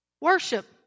Worship